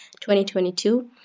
2022